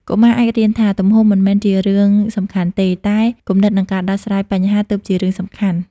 កុមារអាចរៀនថា ទំហំមិនមែនជារឿងសំខាន់ទេ តែគំនិតនិងការដោះស្រាយបញ្ហាទើបជារឿងសំខាន់។